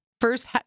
First